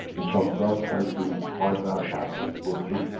it comes on trying to find that pathway to go through.